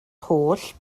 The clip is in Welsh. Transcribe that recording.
holl